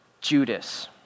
Judas